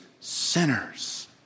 sinners